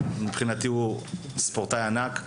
מבחינתי, הוא ספורטאי ענק.